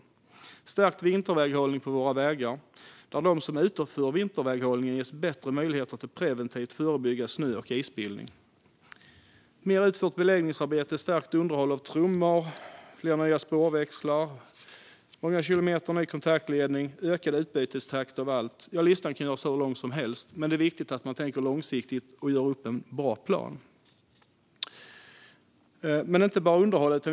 Det handlar om stärkt vinterväghållning på våra vägar, där de som utför vinterväghållningen ges bättre möjligheter att preventivt förebygga snö och isbildning, mer utfört beläggningsarbete, stärkt underhåll av trummor, fler nya spårväxlar, många kilometer ny kontaktledning, ökad utbytestakt av allt - listan kan göras hur lång som helst. Men det är viktigt att man tänker långsiktigt och gör upp en bra plan. Men det handlar inte bara om underhållet.